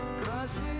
cause